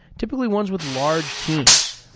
typically ones with large teams.